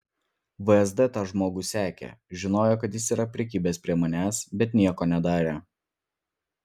vsd tą žmogų sekė žinojo kad jis yra prikibęs prie manęs bet nieko nedarė